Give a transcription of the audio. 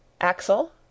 Axel